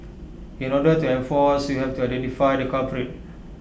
in order to enforce you have to identify the culprit